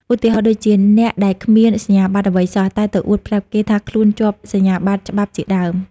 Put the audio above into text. ឧទាហរណ៍ដូចជា អ្នកដែលគ្មានសញ្ញាបត្រអ្វីសោះ តែទៅអួតប្រាប់គេថាខ្លួនជាប់សញ្ញាបត្រច្បាប់ជាដើម។